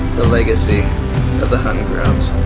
the legacy of the huntin' grounds.